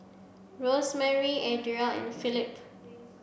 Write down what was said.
Rosemary Adriel and Philip